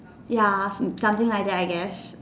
ya something like that I guess